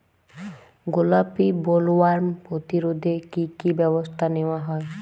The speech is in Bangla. গোলাপী বোলওয়ার্ম প্রতিরোধে কী কী ব্যবস্থা নেওয়া হয়?